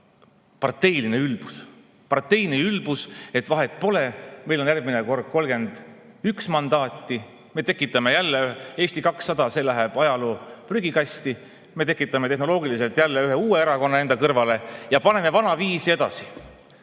parteiline ülbus. Parteiline ülbus! "Vahet pole, meil on järgmine kord 31 mandaati, Eesti 200 läheb ajaloo prügikasti, me tekitame tehnoloogiliselt jälle ühe uue erakonna enda kõrvale ja paneme vanaviisi edasi."